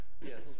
Yes